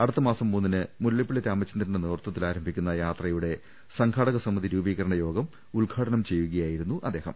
അടുത്തമാസം മൂന്നിന് മുല്ലപ്പള്ളി രാമചന്ദ്രന്റെ നേതൃത്വത്തിൽ ആരംഭിക്കുന്ന യാത്രയുടെ സംഘാടകസ മിതി രൂപീകരണയോഗം ഉദ്ഘാടനം ചെയ്യുകയായിരുന്നു അദ്ദേഹം